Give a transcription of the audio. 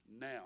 now